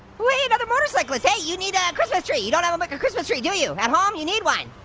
whee, another motorcyclist. hey, you need a a christmas tree, you don't have like a christmas tree, do you? at home, you need one.